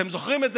אתם זוכרים את זה,